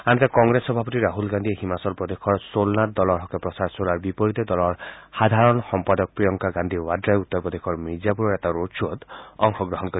আনহাতে কংগ্ৰেছ সভাপতি ৰাহুল গান্ধীয়ে হিমাচল প্ৰদেশৰ ছোলানত দলৰ হকে প্ৰচাৰ চলোৱাৰ বিপৰীতে দলৰ সাধাৰণ সম্পাদক প্ৰিয়ংকা গান্ধী ৱাড়াই উত্তৰ প্ৰদেশৰ মিৰ্জাপুৰৰ এটা ৰোড খ্বত অংশগ্ৰহণ কৰিব